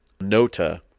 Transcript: Nota